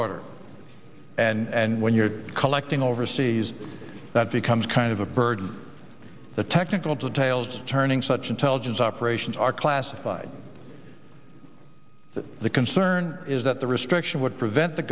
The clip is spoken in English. order and when you're collecting overseas that becomes kind of a burden the technical details turning such intelligence operations are classified the concern is that the restriction would prevent the